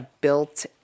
built